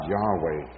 Yahweh